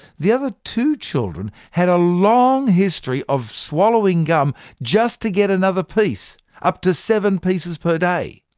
the other two children had a long history of swallowing gum, just to get another piece up to seven pieces per day.